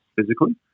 physically